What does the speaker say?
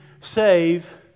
save